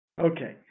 Okay